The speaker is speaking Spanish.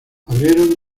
abrieron